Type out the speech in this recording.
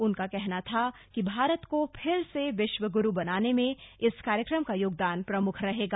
उनका कहना था कि भारत को फिर से विश्व गुरु बनाने में इस कार्यक्रम का योगदान प्रमुख रहेगा